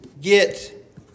get